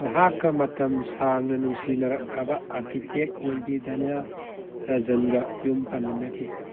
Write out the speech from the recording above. ꯃꯍꯥꯛꯀ ꯃꯇꯝ ꯁꯥꯡꯅ ꯅꯨꯡꯁꯤꯅꯔꯛꯑꯕ ꯑꯥꯔꯀꯤꯇꯦꯛ ꯑꯣꯏꯕꯤ ꯗꯅ꯭ꯌ ꯔꯖꯟꯒ ꯌꯨꯝ ꯄꯥꯟꯃꯤꯟꯅꯈꯤ